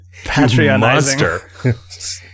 Patreonizing